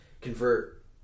convert